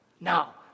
Now